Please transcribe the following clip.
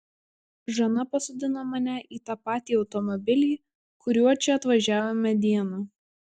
žana pasodino mane į tą patį automobilį kuriuo čia atvažiavome dieną